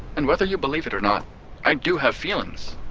and whether you believe it or not i do have feelings.